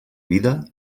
vida